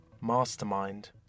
mastermind